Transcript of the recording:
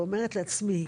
ואומרת לעצמי,